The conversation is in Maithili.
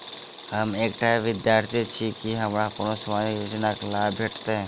हम एकटा विद्यार्थी छी, की हमरा कोनो सामाजिक योजनाक लाभ भेटतय?